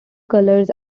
colors